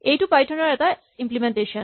এইটো পাইথন ৰ এটা ইমপ্লিমেন্টেচন